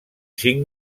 cinc